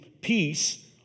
peace